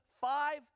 five